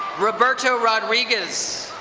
roberto rodriguez.